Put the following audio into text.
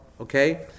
okay